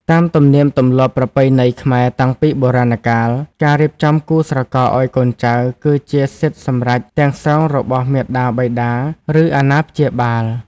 តាមទំនៀមទម្លាប់ប្រពៃណីខ្មែរតាំងពីបុរាណកាល ការរៀបចំគូស្រករឱ្យកូនចៅ គឺជាសិទ្ធិសម្រេចទាំងស្រុងរបស់មាតាបិតា ឬអាណាព្យាបាល។